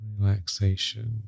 relaxation